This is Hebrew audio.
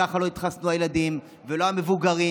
ככה לא יתחסנו הילדים ולא המבוגרים,